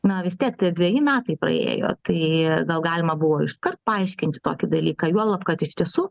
na vis tiek tie dveji metai praėjo tai gal galima buvo iškart paaiškinti tokį dalyką juolab kad iš tiesų